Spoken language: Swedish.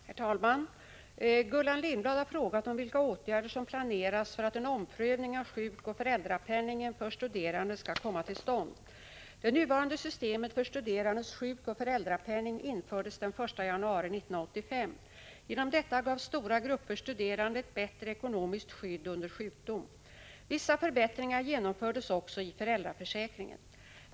Herr talman! Gullan Lindblad har frågat vilka åtgärder som planeras för att en omprövning av sjukoch föräldrapenningen för studerande skall komma till stånd. Det nuvarande systemet för studerandes sjukoch föräldrapenning infördes den 1 januari 1985. Genom detta gavs stora grupper studerande ett bättre ekonomiskt skydd under sjukdom. Vissa förbättringar genomfördes också i föräldraförsäkringen.